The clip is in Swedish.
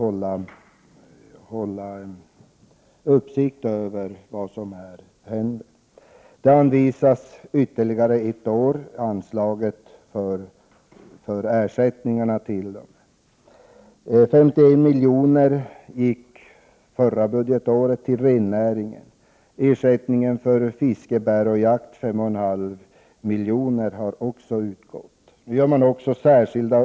Statens strålskyddsinstitut har också genomfört särskilda undersökningar i Gävleborgs län. Anslag till ersättningar åt dem som lidit förluster på grund av olyckan anvisas för ytterligare ett år. Förra året gick 51 miljoner till rennäringen, och till utövare av fiske, jakt och bärplockning utbetalades 5,5 milj.kr.